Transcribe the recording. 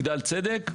מגדל צדק,